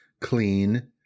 clean